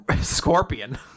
Scorpion